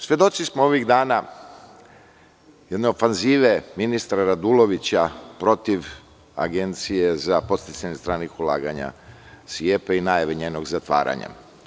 Svedoci smo ovih dana jedne ofanzive ministra Radulovića protiv Agencije za podsticanje stranih ulaganja SIEPA i najave njenog zatvaranja.